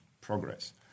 progress